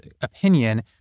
opinion